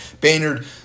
Baynard